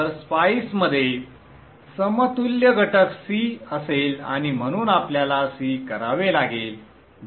तर स्पाइस मध्ये समतुल्य घटक C असेल आणि म्हणून आपल्याला C करावे लागेल